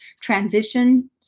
transition